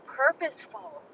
purposeful